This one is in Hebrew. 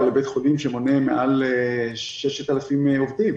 לבית חולים שמונה מעל ל-6,000 עובדים.